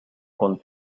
con